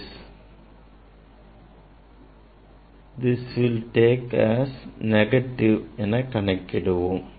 this will take as a negative என கணக்கிடுவோம்